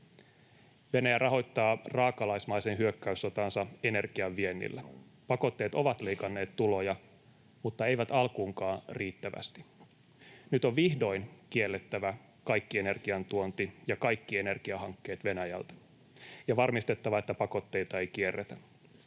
Venäjä rahoittaa raakalaismaisen hyökkäyssotansa energian viennillä. Pakotteet ovat leikanneet tuloja, mutta eivät alkuunkaan riittävästi. Nyt on vihdoin kiellettävä kaikki energian tuonti ja kaikki energiahankkeet Venäjältä — ja varmistettava, että pakotteita ei kierretä.